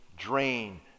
Drain